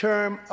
term